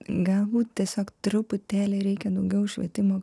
galbūt tiesiog truputėlį reikia daugiau švietimo